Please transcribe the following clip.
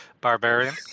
barbarian